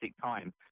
time